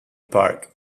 park